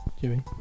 Jimmy